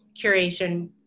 curation